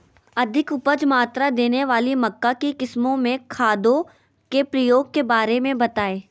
अधिक उपज मात्रा देने वाली मक्का की किस्मों में खादों के प्रयोग के बारे में बताएं?